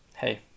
Hey